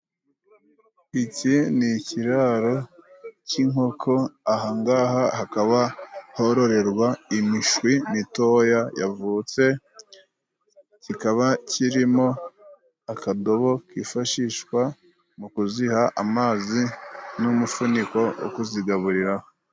Iki ni ikiraro cy'inkoko ahangaha hakaba hororerwa imishwi mitoya yavutse kikaba kirimo akadobo kifashishwa mu kuziha amazi n'umufuniko wo kuzigaburiraho.